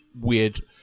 weird